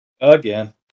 Again